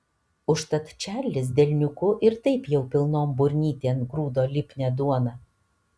užtat čarlis delniuku ir taip jau pilnon burnytėn grūdo lipnią duoną